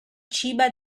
ciba